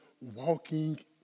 walking